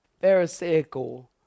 pharisaical